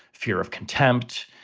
fear of contempt.